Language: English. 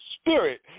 spirit